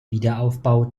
wiederaufbau